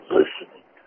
listening